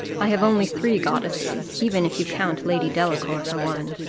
i have only three goddesses even if you count lady delacour for one.